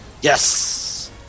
Yes